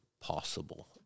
possible